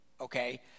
okay